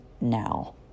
now